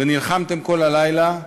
ונלחמתם כל הלילה,